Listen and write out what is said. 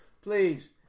Please